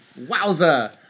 wowza